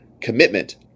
commitment